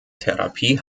therapie